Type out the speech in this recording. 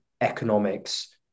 economics